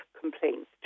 complaints